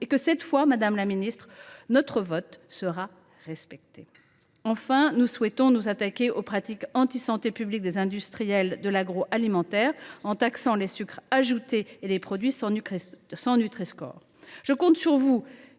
et que, cette fois, madame la ministre, notre vote sera respecté. En dernier lieu, nous souhaitons nous attaquer aux pratiques « anti santé publique » des industriels de l’agroalimentaire, en taxant les sucres ajoutés et les produits n’affichant pas le Nutriscore. Je compte sur vous,